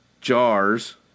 jars